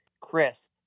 chris